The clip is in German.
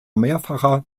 mehrfacher